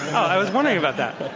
i was wondering about that.